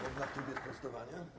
Można w trybie sprostowania?